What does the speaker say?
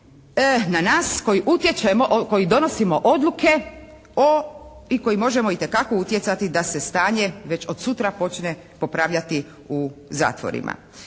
na nas koji donosimo odluke o, i koji možemo itekako utjecati da se stanje već od sutra počne popravljati u zatvorima.